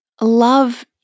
love